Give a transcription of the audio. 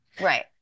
Right